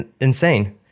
insane